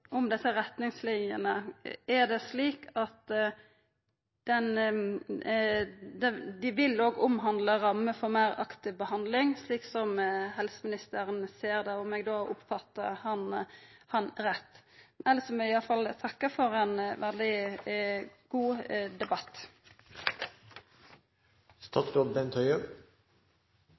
det slik at dei òg vil omhandla rammer for meir aktiv behandling, slik som helseministeren ser det? Oppfatta eg han rett? Elles må eg takka for ein veldig god debatt. Jeg vil også takke for en god debatt